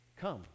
Come